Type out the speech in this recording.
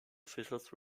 officials